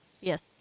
Yes